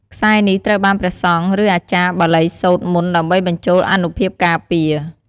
ខ្សែនេះត្រូវបានព្រះសង្ឃ ឬអាចារ្យបាលីសូត្រមន្តដើម្បីបញ្ចូលអានុភាពការពារ។